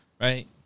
right